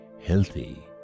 healthy